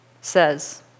says